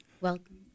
Welcome